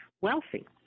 wealthy